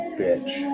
bitch